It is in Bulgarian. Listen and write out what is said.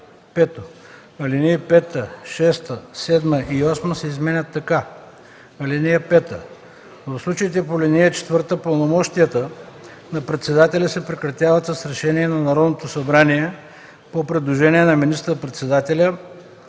Алинеи 5, 6, 7 и 8 се изменят така: „(5) В случаите по ал. 4 пълномощията на председателя се прекратяват с решение на Народното събрание по предложение на министър-председателя,